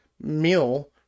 meal